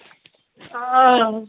ओ